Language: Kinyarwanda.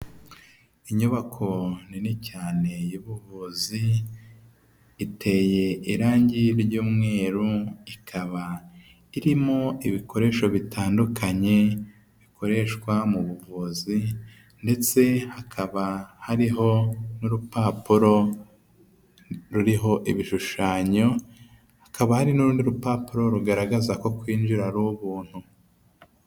Inyubako nini cyane y'ubuvuzi iteye irangi ry'umweru ikaba irimo ibikoresho bitandukanye bikoreshwa mu buvuzi ndetse hakaba hariho n'urupapuro ruriho ibishushanyo, hakaba hari n'urundi rupapuro rugaragaza ko kwinjira ari ubuntu .